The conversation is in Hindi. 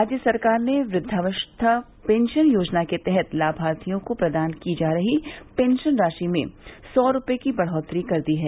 राज्य सरकार ने वृद्वावस्था पेंशन योजना के तहत लाभार्थियों को प्रदान की जा रही पेंशन राशि में सौ रूपये की बढ़ोत्तरी कर दी है